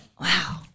Wow